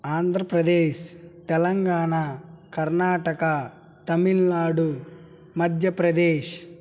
Andhra Pradesh Telangana Karnataka Tamil Nadu Madhya Pradesh